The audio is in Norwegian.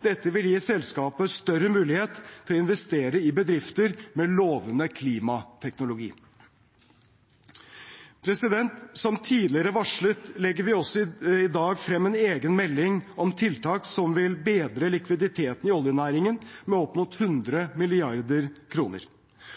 Dette vil gi selskapet større mulighet til å investere i bedrifter med lovende klimateknologi. Som tidligere varslet legger vi i dag også frem en egen melding om tiltak som vil bedre likviditeten i oljenæringen med opp mot 100 mrd. kr,